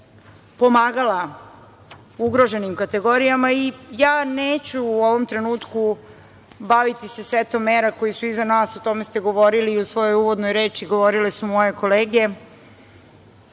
Srbije pomagala ugroženim kategorijama i ja se neću u ovom trenutku baviti setom mera koji su iza nas. O tome ste govorili i u svojoj uvodnoj reči, a govorile su i moje kolege,